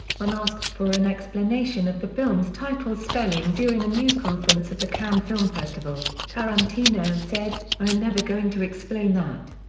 when asked for an explanation of the film's title's spelling during a news conference at the cannes film festival, tarantino said, i'm never going to explain that.